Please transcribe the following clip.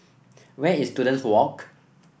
where is Students Walk